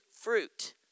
fruit